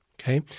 Okay